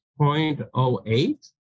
0.08